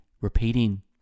repeating